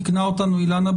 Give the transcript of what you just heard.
תיקנה אותנו אילנה,